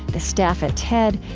the staff at ted,